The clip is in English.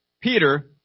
Peter